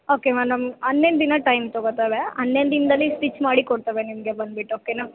okay ma'am ನಮ್ಮ ಹನ್ನೊಂದು ದಿನ ಟೈಮ್ ತಗೋತೇವೆ ಹನ್ನೊಂದು ದಿನದಲ್ಲಿ ಸ್ಟಿಚ್ ಮಾಡಿ ಕೊಡ್ತೇವೆ ನಿಮಗೆ ಬಂದ್ಬಿಟ್ಟು ಓಕೆನ